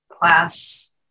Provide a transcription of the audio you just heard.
class